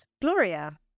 Gloria